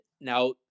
now